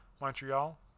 montreal